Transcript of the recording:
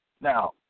Now